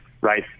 right